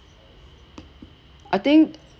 I think